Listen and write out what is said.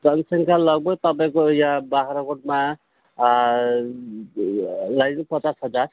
जनसङ्ख्या लगभग तपाईँको यहाँ बाख्राकोटमा लगाइदिउँ पचास हजार